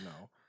no